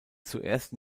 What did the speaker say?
zuerst